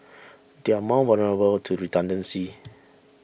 they are more vulnerable to redundancy